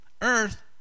earth